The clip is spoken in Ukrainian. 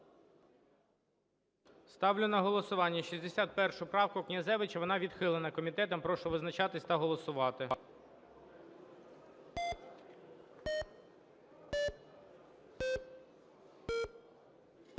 Ставлю на голосування 61 правку Князевича. Вона відхилена комітетом. Прошу визначатись та голосувати.